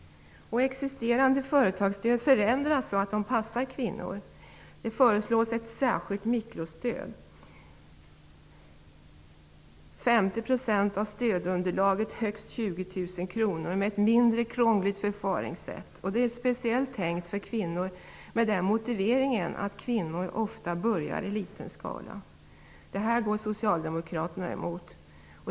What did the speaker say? Existerande företagsstöd skall förändras så att de passar kvinnor. Ett särskilt mikrostöd föreslås -- 50 % av stödunderlaget, högst 20 000 kr, ett mindre krångligt förfaringssätt. Det är särskilt avsett för kvinnor med motiveringen att kvinnor ofta börjar i liten skala. Det här går Socialdemokraterna emot.